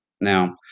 Now